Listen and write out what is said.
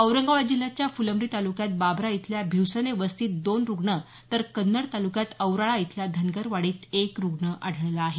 औरंगाबाद जिल्ह्याच्या फुलंब्री तालुक्यात बाबरा इथल्या भिवसने वस्तीत दोन रुग्ण तर कन्नड तालुक्यात औराळा इथल्या धनगरवाडीत एक रुग्ण आढळला आहे